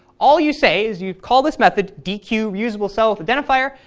all you say is you call this method dequeuereusablecellwithidentifier,